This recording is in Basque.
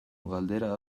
galdera